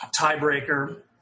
tiebreaker